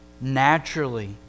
naturally